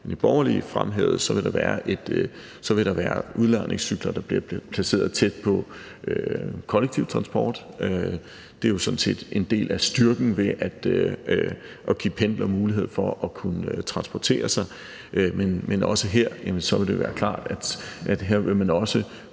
Borgerlige fremhævede, udlejningscykler, der bliver placeret tæt på kollektiv transport. Det er jo sådan set en del af styrken ved at give pendlere mulighed for at kunne transportere sig. Men også her vil det være klart, at man vil kunne